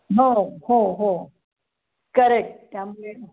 हो हो हो करेक्ट त्यामुळे